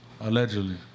Allegedly